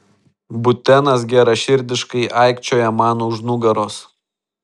butenas geraširdiškai aikčioja man už nugaros